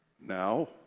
now